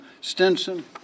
Stinson